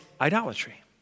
idolatry